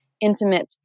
intimate